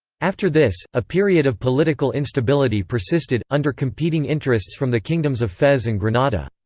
after this, a period of political instability persisted, under competing interests from the kingdoms of fez and granada.